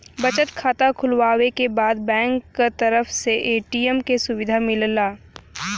बचत खाता खुलवावे के बाद बैंक क तरफ से ए.टी.एम क सुविधा मिलला